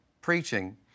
preaching